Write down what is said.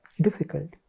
difficult